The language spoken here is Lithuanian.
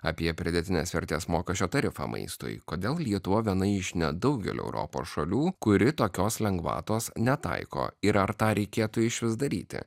apie pridėtinės vertės mokesčio tarifą maistui kodėl lietuva viena iš nedaugelio europos šalių kuri tokios lengvatos netaiko ir ar tą reikėtų išvis daryti